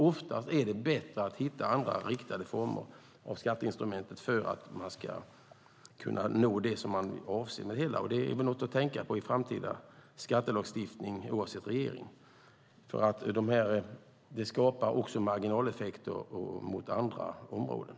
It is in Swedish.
Oftast är det dock bättre att hitta andra, riktade, former av skatteinstrumentet för att kunna nå det som man avser med det hela. Det är något att tänka på vid en framtida skattelagstiftning, oavsett regering, eftersom det också skapar marginaleffekter mot andra områden.